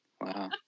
wow